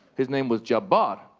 his name was jabbar.